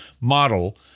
model